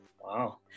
wow